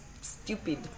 stupid